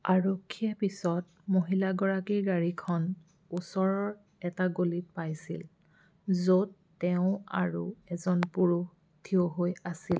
আৰক্ষীয়ে পিছত মহিলাগৰাকীৰ গাড়ীখন ওচৰৰ এটা গলিত পাইছিল য'ত তেওঁ আৰু এজন পুৰুষ থিয় হৈ আছিল